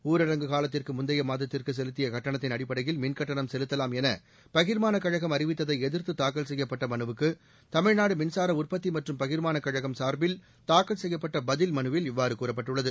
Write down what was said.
ஊரடங்கு காலத்திற்கு முந்தைய மாதத்திற்கு செலுத்திய கட்டணத்தின் அடிப்படையில் மின்கட்டணம் செலுத்தலாம் என பகிர்மானக் கழகம் அறிவித்ததை எதிர்த்து தாக்கல் செய்யப்பட்ட மனுவுக்கு தமிழ்நாடு மின்சார உற்பத்தி மற்றும் பகிர்மானக் கழகம் சார்பில் தாக்கல் செய்யப்பட்ட பதில் மனுவில் இவ்வாறு கூறப்பட்டுள்ளது